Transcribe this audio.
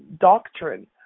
doctrine